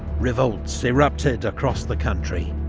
revolts erupted across the country.